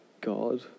God